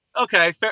okay